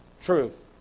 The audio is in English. truth